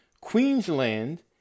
Queensland